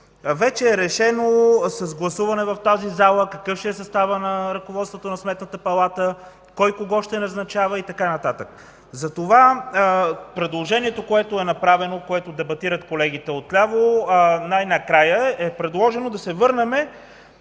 Вече е решено с гласуване в тази зала какъв ще е съставът на ръководството на Сметната палата, кой кого ще назначава и така нататък. Затова предложението, което е направено, което дебатират колегите от ляво, най-накрая е предложено да се върнем,